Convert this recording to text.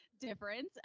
difference